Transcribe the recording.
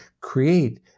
create